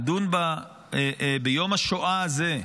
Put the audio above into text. לדון ביום השואה הזה,